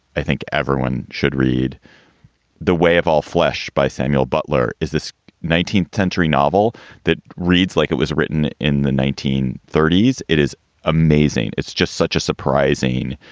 i think everyone should read the way of all flesh by samuel butler is this nineteenth century novel that reads like it was written in the nineteen thirties. it is amazing. it's just such a surprising,